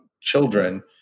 children